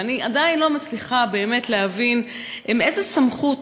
ואני עדיין לא מצליחה באמת להבין באיזו סמכות,